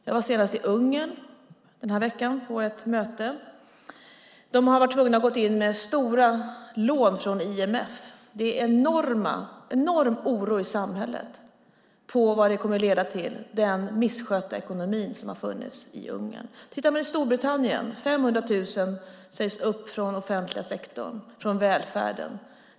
Jag var senast i denna vecka på ett möte i Ungern. Där har de varit tvungna att gå in med stora lån från IMF. Det är en enorm oro i samhället för vad den misskötta ekonomin i Ungern kommer att leda till. I Storbritannien sägs 500 000 upp från offentliga sektorn, från välfärden.